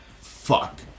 Fuck